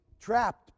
trapped